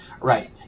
right